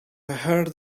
heard